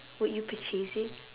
would you purchase it